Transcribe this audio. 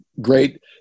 great